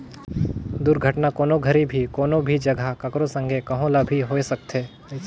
दुरघटना, कोनो घरी भी, कोनो भी जघा, ककरो संघे, कहो ल भी होए सकथे